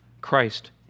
Christ